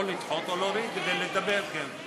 או לדחות או להוריד, כדי לדבר, כן.